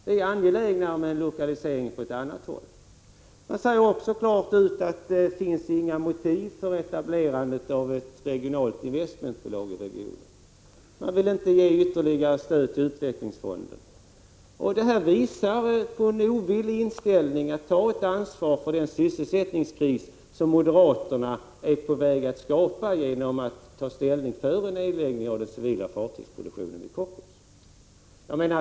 Man är angelägen om en lokalisering på annat håll. Man uttalar också klart att det inte finns några motiv för etablering av ett regionalt investmentbolag i regionen. Man vill inte heller ge ytterligare stöd till utvecklingsfonderna. Detta visar på en ovillig inställning till att ta ett ansvar för den sysselsättningskris som moderaterna är på väg att skapa genom att ta ställning för en nedläggning av den civila fartygsproduktionen vid Kockums.